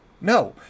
No